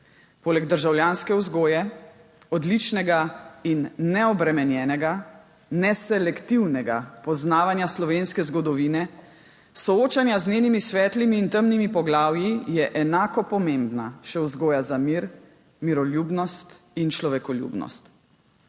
Poleg državljanske vzgoje, odličnega in neobremenjenega, neselektivnega poznavanja slovenske zgodovine, soočanja z njenimi svetlimi in temnimi poglavji, je enako pomembna še vzgoja za mir, miroljubnost in človekoljubnost.